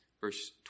Verse